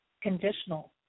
conditional